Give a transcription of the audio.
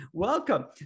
Welcome